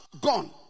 gone